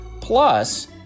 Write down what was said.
Plus